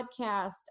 podcast